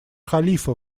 халифа